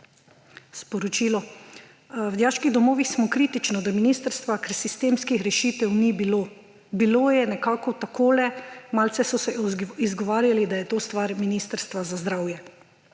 sporočilo: »V dijaških domovih smo kritični do ministrstva, ker sistemskih rešitev ni bilo, bilo je nekako tako, malce so se izgovarjali, da je to stvar Ministrstva za zdravje.«